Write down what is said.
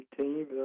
team